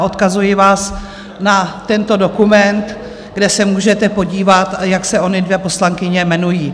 Odkazuji vás na tento dokument, kde se můžete podívat, jak se ony dvě poslankyně jmenují.